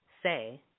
Say